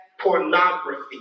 pornography